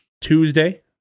Tuesday